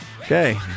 Okay